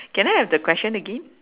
can I have the question again